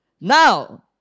Now